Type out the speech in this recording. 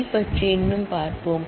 key பற்றி இன்னும் பார்ப்போம்